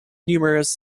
numerous